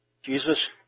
Jesus